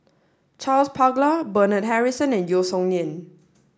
Charles Paglar Bernard Harrison and Yeo Song Nian